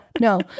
no